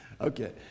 Okay